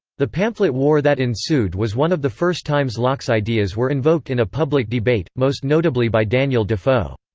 the pamphlet war that ensued was one of the first times locke's ideas were invoked in a public debate, most notably by daniel defoe.